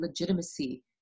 legitimacy